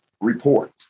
report